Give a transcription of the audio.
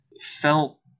felt